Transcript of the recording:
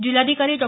जिल्हाधिकारी डॉ